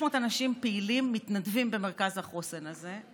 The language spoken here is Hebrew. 600 אנשים פעילים מתנדבים במרכז החוסן הזה.